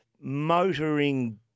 motoring